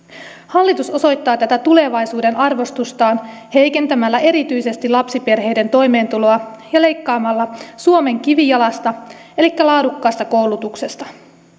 hallitus osoittaa tätä tulevaisuuden arvostustaan heikentämällä erityisesti lapsiperheiden toimeentuloa ja leikkaamalla suomen kivijalasta elikkä laadukkaasta koulutuksesta